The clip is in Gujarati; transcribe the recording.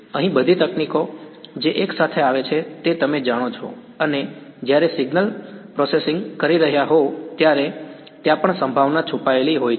અહીં બધી તકનીકો જે એકસાથે આવે છે તે તમે જાણો છો અને જ્યારે તમે સિગ્નલ પ્રોસેસિંગ કરી રહ્યા હોવ ત્યારે ત્યાં પણ સંભાવના છુપાયેલી હોય છે